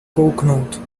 kouknout